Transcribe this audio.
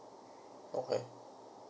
okay